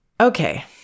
Okay